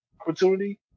opportunity